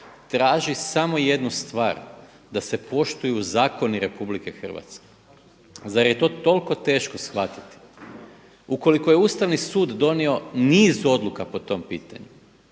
traži samo jednu stvar, da se poštuju zakoni RH. Zar je to tolko teško shvatiti? Ukoliko je Ustavni sud donio niz odluka po tom pitanju,